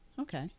Okay